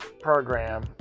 program